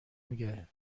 میگه